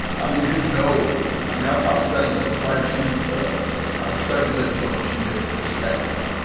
i mean, there's no i mean, i've i've studied quite a few i've studied religion from a few different perspectives,